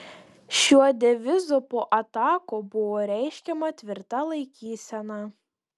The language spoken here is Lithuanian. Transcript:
šiuo devizu po atakų buvo reiškiama tvirta laikysena